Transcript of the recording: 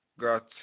got